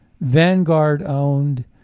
Vanguard-owned